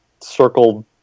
circle